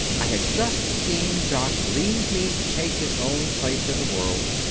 i had just seen jock leave me to take his own place in the world.